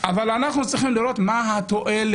אבל אנחנו צריכים לראות מה התועלת